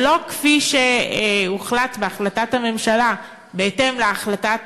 ולא כפי שהוחלט בהחלטת הממשלה בהתאם להחלטת